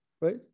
right